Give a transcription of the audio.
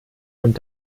und